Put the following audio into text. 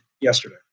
yesterday